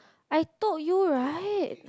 I told you right